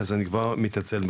אז אני כבר מתנצל.